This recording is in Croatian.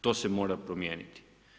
To se mora promijeniti.